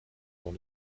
dans